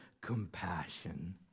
compassion